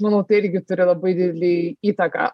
manau tai irgi turi labai didelę įtaką